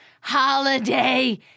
holiday